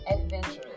adventurous